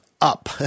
up